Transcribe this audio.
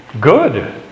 Good